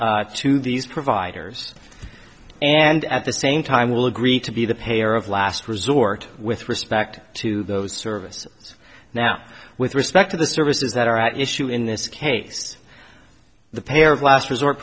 s to these providers and at the same time will agree to be the payer of last resort with respect to those services now with respect to the services that are at issue in this case the pair of last resort